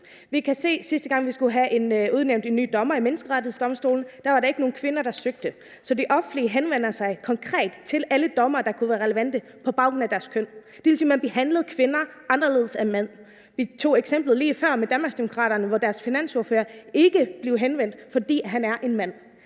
fører til. Sidste gang vi skulle udnævne en ny dommer til Menneskerettighedsdomstolen, var der ikke nogen kvinder, der søgte. Så det offentlige henvender sig konkret til alle dommere, der kunne være relevante på baggrund af deres køn. Det vil sige, at man behandlede kvinder anderledes end mænd. Vi tog eksemplet lige før med Danmarksdemokraterne, hvor man ikke henvendte sig til deres finansordfører, fordi han er en mand.